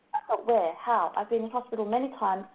ah where, how? i've been into hospital many times,